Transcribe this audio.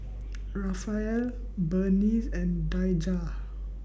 Rafael Berneice and Daijah